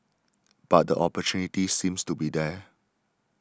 but the opportunity seems to be there